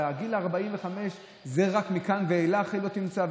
גיל 45 זה אומר שרק מכאן ואילך היא לא תמצא,